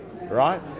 right